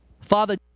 Father